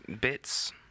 bits